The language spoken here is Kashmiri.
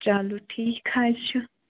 چلو ٹھیٖک حظ چھُ